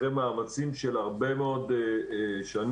אחרי מאמצים של הרבה מאוד שנים,